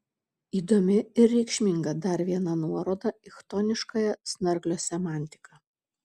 įdomi ir reikšminga dar viena nuoroda į chtoniškąją snarglio semantiką